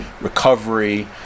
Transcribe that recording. recovery